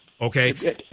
okay